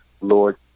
lord